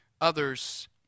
others